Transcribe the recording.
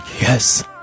Yes